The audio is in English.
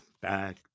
Back